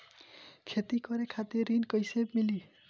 खेती करे खातिर ऋण कइसे मिली?